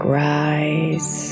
rise